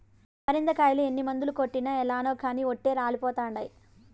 పరింద కాయలు ఎన్ని మందులు కొట్టినా ఏలనో కానీ ఓటే రాలిపోతండాయి